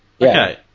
Okay